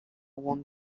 one